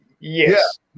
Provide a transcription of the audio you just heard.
Yes